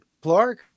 Clark